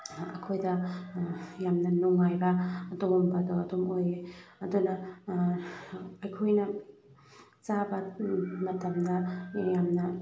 ꯑꯩꯈꯣꯏꯗ ꯌꯥꯝꯅ ꯅꯨꯡꯉꯥꯏꯕ ꯑꯗꯨꯒꯨꯝꯕꯗꯣ ꯑꯗꯨꯝ ꯑꯣꯏꯌꯦ ꯑꯗꯨꯅ ꯑꯩꯈꯣꯏꯅ ꯆꯥꯕ ꯃꯇꯝꯗ ꯌꯥꯝꯅ